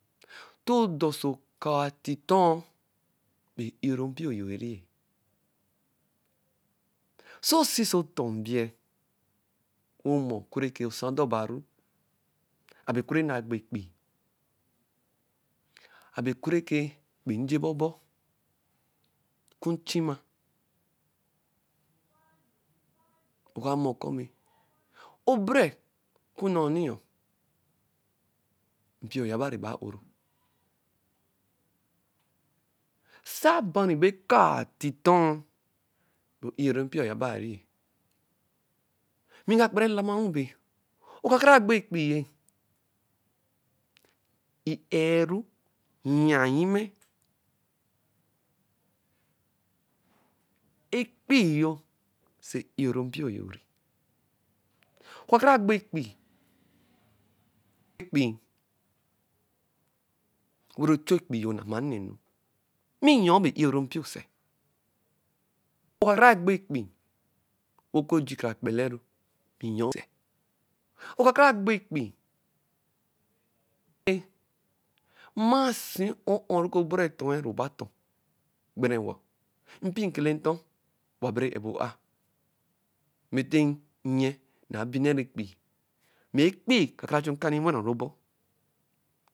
Ntɔ ɔdɔ oso akaa eti-tɔ, bɛ i-o-ro mpio yo riɛ. Sɛ osi oso ɔtɔ mbiɛ wɛ ɔmɔ oku rẹ ɔsa dɔ baru, abɛ oku rɛ nagbo ekpii, abɛ oku rɛ kɛ ekpii nje ba ɔbɔ, oku nchima, ɔka mɔ kɔ mɛ ɔbere oku nnɔniɔ, mpio ya rɛba o-ro. Sabarɛ eba kaa titɔ, bɛ i-o-ro mpio yabai-ri-ɛ. Ni nga kpara elamaru bɛ, ɔka kara-a gbo ekpii yɛ. I-e-ru yaa nnyimɛ. Ekpii yo sɛ i-o-ro mpio yo ri-ɛ.ɔka kara gbo ekpii, ekpii, wɛ r’o chu ekpii yo nsma nne enu. Mɛ ayɔɔ bɛ i-o-ru mpio sɛ? Or ɔka kara gbo ekpii wɛ oku oji kara kpeleru. Oka kara gbo ekpii, wɛ mmasi ɔ-ɔ rɛ ɔbɔru ɛ-toɛ, nɔ ba tɔ; gbere wɔ?mpi kele ntɔ owa rɛ a-ebo a mɛ nti nyɛ naabinaru ekpii. Mɛ ekpii ka karaa chu nkani we ra ru ɔbɔ.